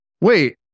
wait